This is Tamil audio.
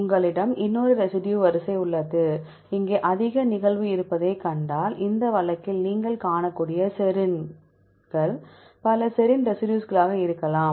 உங்களிடம் இன்னொரு ரெசிடியூ வரிசை உள்ளது இங்கே அதிக நிகழ்வு இருப்பதைக் கண்டால் இந்த வழக்கில் நீங்கள் காணக்கூடிய செரின்கள் பல செரின் ரெசிடியூஸ்களாக இருக்கலாம்